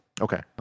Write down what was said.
Okay